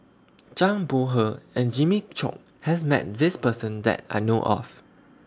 Zhang Bohe and Jimmy Chok has Met This Person that I know of